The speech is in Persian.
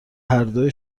هردو